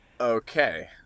okay